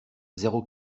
zéro